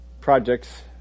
projects